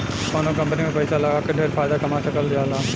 कवनो कंपनी में पैसा लगा के ढेर फायदा कमा सकल जाला